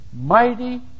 mighty